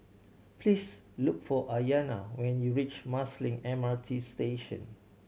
please look for Ayanna when you reach Marsiling M R T Station